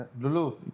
Lulu